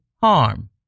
harm